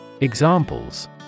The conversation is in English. Examples